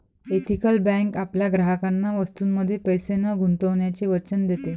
ethical bank आपल्या ग्राहकांना वस्तूंमध्ये पैसे न गुंतवण्याचे वचन देते